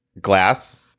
Glass